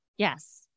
Yes